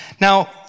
Now